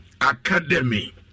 Academy